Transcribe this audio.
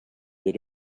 you